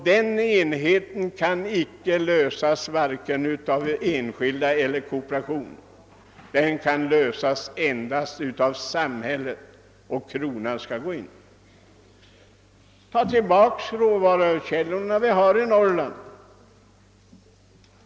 Den enheten kan icke åstadkommas vare sig av enskilda eller av kooperationen. Den kan åstadkommas endast av samhället genom att kronan träder in. Varför tar vi inte tillbaka de råvarukällor vi har i Norrland?